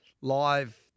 live